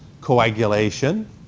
coagulation